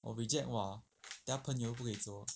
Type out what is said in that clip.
我 reject !wah! 等一下连朋友都不可以做